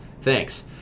Thanks